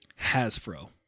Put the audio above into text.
Hasbro